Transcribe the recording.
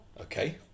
okay